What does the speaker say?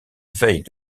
veille